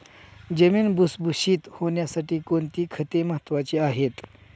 जमीन भुसभुशीत होण्यासाठी कोणती खते महत्वाची आहेत?